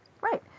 Right